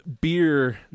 beer